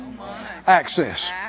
access